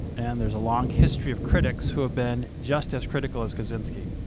and there's a long history of critics who have been just as critical as kaczynski.